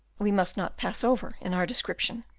we must not pass over in our description.